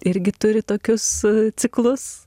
irgi turi tokius ciklus